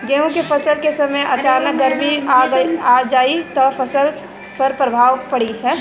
गेहुँ के फसल के समय अचानक गर्मी आ जाई त फसल पर का प्रभाव पड़ी?